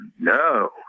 No